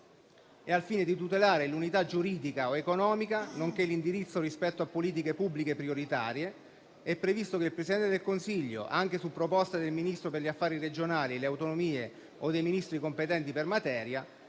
e di tutelare l'unità giuridica ed economica, nonché l'indirizzo rispetto a politiche pubbliche prioritarie. È previsto che il Presidente del Consiglio, anche su proposta del Ministro per gli affari regionali e le autonomie o dei Ministri competenti per materia,